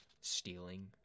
stealing